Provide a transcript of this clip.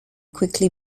quickly